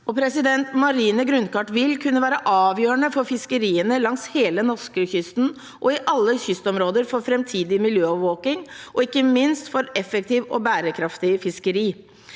grunnkart. Marine grunnkart vil kunne være av gjørende for fiskeriene langs hele norskekysten og i alle kystområder, for framtidig miljøovervåking og ikke minst for effektivt og bærekraftig fiskeri.